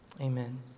Amen